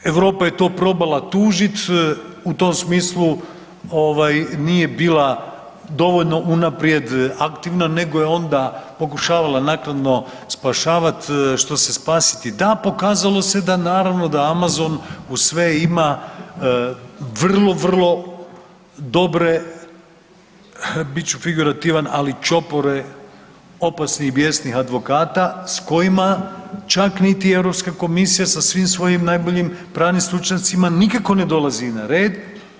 Europa je to probala tužit u tom smislu nije bila dovoljno unaprijed aktivna nego je onda pokušavala naknadno spašavat što se spasiti da, pokazalo se da naravno da Amazon uz sve ima vrlo, vrlo dobre, bit ću figurativan, ali čopore opasnih i bijesnih advokata s kojima čak niti Europska komisija sa svim svojim pravnim stručnjacima nikako ne dolazi na red.